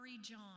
John